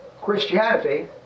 Christianity